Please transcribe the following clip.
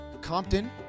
Compton